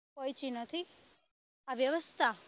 પહોંચી નથી આ વ્યવસ્થા